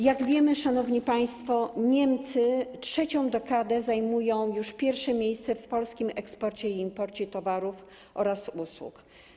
Jak wiemy, szanowni państwo, Niemcy już trzecią dekadę zajmują pierwsze miejsce w polskim eksporcie i imporcie towarów oraz usług.